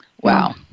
Wow